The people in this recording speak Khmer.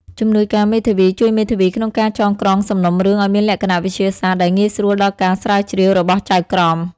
ជំនួយការមេធាវីជួយមេធាវីក្នុងការចងក្រងសំណុំរឿងឱ្យមានលក្ខណៈវិទ្យាសាស្ត្រ ដែលងាយស្រួលដល់ការស្រាវជ្រាវរបស់ចៅក្រម។